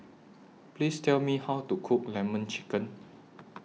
Please Tell Me How to Cook Lemon Chicken